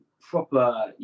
proper